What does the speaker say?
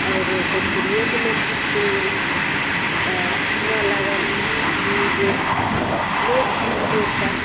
आओर भोजपुरियोके लोकगीत सुनलहुँ तऽ हमरा लागल की जे लोकगीतके एकटा